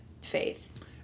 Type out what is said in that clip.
faith